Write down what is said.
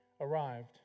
arrived